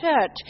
church